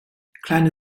kleine